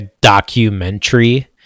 documentary